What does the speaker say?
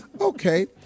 Okay